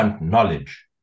knowledge